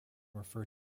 refer